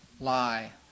lie